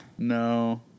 No